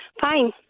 Fine